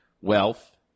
Wealth